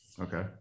Okay